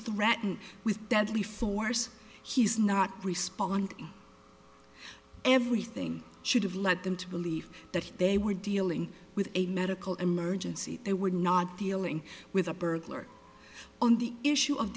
threatened with deadly force he's not respond everything should have led them to believe that they were dealing with a medical emergency they were not dealing with a burglar on the issue of